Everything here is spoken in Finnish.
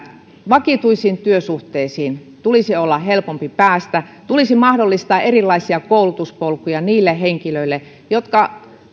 vakituisiin työsuhteisiin tulisi olla helpompi päästä tulisi mahdollistaa erilaisia koulutuspolkuja niille henkilöille jotka